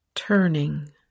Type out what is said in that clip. Turning